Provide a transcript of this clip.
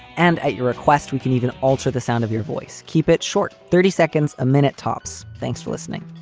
and at your request we can even alter the sound of your voice. keep it short. thirty seconds a minute, tops. thanks for listening